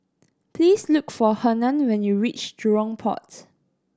please look for Hernan when you reach Jurong Port